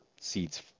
seats